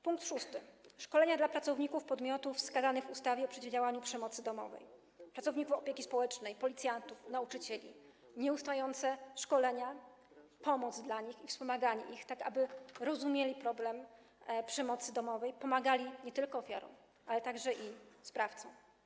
Punkt szósty: szkolenia dla pracowników podmiotów wskazanych w ustawie o przeciwdziałaniu przemocy domowej, pracowników opieki społecznej, policjantów, nauczycieli, nieustające szkolenia, pomoc dla nich i wspomaganie ich, tak aby rozumieli problem przemocy domowej, pomagali nie tylko ofiarom, ale także sprawcom.